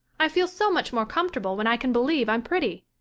i feel so much more comfortable when i can believe i'm pretty.